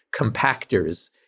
compactors